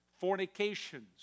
fornications